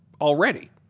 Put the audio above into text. already